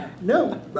No